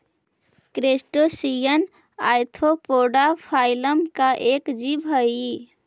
crustacean arthropoda phylum का एक जीव हई